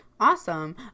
awesome